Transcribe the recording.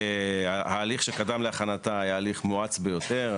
ההליך שקדם להכנתה היה הליך מואץ ביותר.